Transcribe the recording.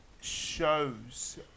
shows